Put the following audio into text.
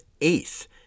eighth